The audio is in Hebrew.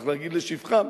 צריך להגיד לשבחם,